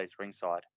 ringside